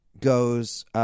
goes